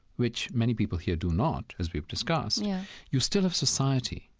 which many people here do not, as we've discussed, yeah you still have society.